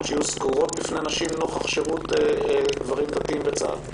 שיהיו סגורים בפני נשים נוכח שירות גברים דתיים בצה"ל?